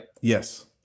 yes